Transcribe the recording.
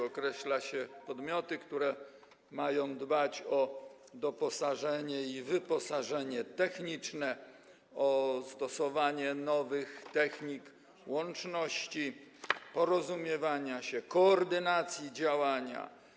Określa się podmioty, które mają dbać o doposażenie i wyposażenie techniczne, o stosowanie nowych technik łączności, porozumiewania się, koordynacji działania.